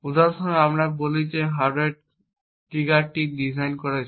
উদাহরণস্বরূপ আসুন আমরা বলি যে আক্রমণকারী হার্ডওয়্যার ট্রিগারটি ডিজাইন করেছে